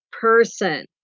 person